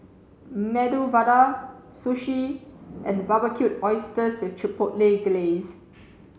Medu Vada Sushi and Barbecued Oysters with Chipotle Glaze